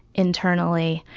internally,